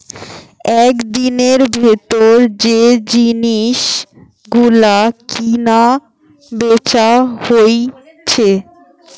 একদিনের ভিতর যে জিনিস গুলো কিনা বেচা হইছে